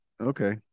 Okay